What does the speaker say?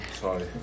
Sorry